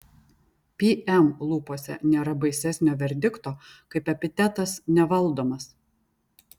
pm lūpose nėra baisesnio verdikto kaip epitetas nevaldomas